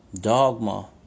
dogma